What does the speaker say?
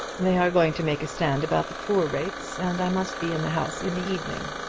they are going to make a stand about the poor-rates, and i must be in the house in the evening.